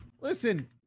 listen